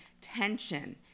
tension